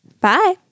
Bye